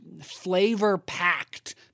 flavor-packed